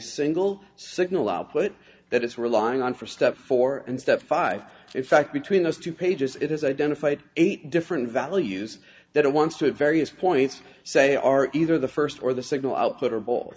single signal output that it's relying on for step four and step five in fact between those two pages it has identified eight different values that it wants to various points say are either the first or the signal output